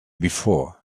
before